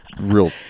real